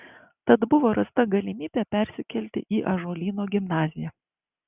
tad buvo rasta galimybė persikelti į ąžuolyno gimnaziją